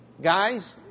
Guys